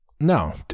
No